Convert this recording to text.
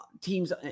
teams